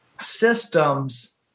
Systems